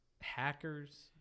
hackers